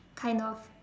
kind of